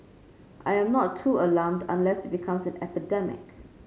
I'm not too alarmed unless it becomes an epidemic